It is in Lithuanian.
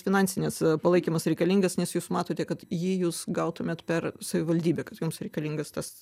finansinis palaikymas reikalingas nes jūs matote kad jį jūs gautumėt per savivaldybę kad jums reikalingas tas